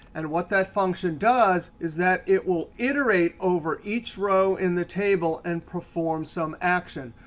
and what that function does is that it will iterate over each row in the table and perform some action.